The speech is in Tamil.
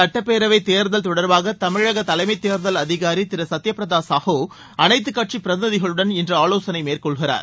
சுட்டப்பேரவைத் தேர்தல் தொடர்பாக தமிழக தலைமை தேர்தல் அதிகாரி திரு சுத்தியபிரதா சாஹு அனைத்துக் கட்சிப் பிரதிநிதிகளுடன் இன்று ஆலோசனை மேற்கொள்கிறார்